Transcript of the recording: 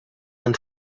and